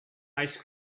ice